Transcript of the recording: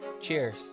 cheers